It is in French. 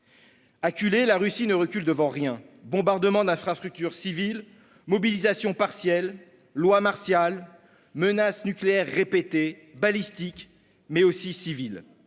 Acculée, la Russie ne recule devant rien : bombardements d'infrastructures civiles, mobilisation partielle, loi martiale, menaces nucléaires répétées- balistiques, mais aussi civiles.